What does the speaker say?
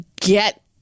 get